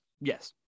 yes